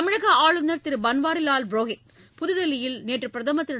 தமிழக ஆளுநர் திரு பன்வாரிவால் புரோஹித் புதுதில்லியில் நேற்று பிரதமர் திரு